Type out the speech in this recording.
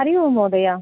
हरि ओं महोदय